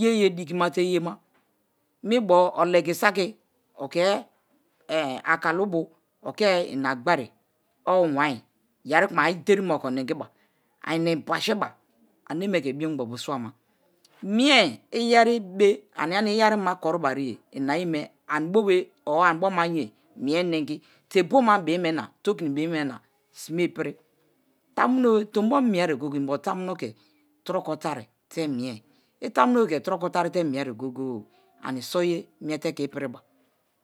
yeye dikimate yema mibo olegi saki o̱ke̱ e̱e̱h akalu bo̱ okee ina gberi owu wain, ye̱ri̱ ku̱ma̱ ire̱ de̱rima oko neng̱i̱ ba. A ina inba shiba aneme ke̱ biongbobio suwa ma. Mie̱ iyeribe̱ aniania iyerima koribariye inayeme ani̱bobe̱ or aniboma ye̱a mi̱e̱ ne̱ngi̱ te̱ bomabi me̱ na tokini bime̱ na simei̱piri. Tamu̱no̱be̱ to̱mbo̱ mi̱e̱ri̱ye̱ goye̱ goye inbo tamuno be̱ ke̱ tu̱ro̱ko̱ tari te̱ mie̱ ye̱ go̱ye̱-go̱ye̱ ani̱ so̱ye̱ mi̱e̱te̱ ke̱ i̱pi̱ri̱ ba.